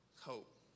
hope